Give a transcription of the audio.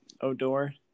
Odor